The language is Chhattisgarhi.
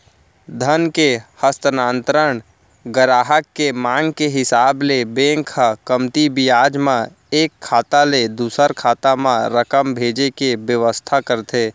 धन के हस्तांतरन गराहक के मांग के हिसाब ले बेंक ह कमती बियाज म एक खाता ले दूसर खाता म रकम भेजे के बेवस्था करथे